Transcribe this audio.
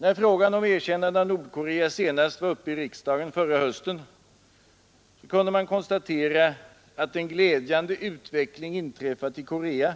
När frågan om erkännande av Nordkorea senast var uppe i riksdagen förra hösten kunde man konstatera att en glädjande utveckling inträffat i Korea